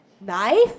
knife